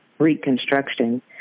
reconstruction